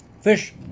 fish